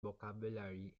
vocabulary